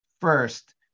first